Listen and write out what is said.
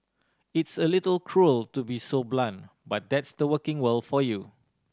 it's a little cruel to be so blunt but that's the working world for you